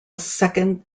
second